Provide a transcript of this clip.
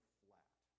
flat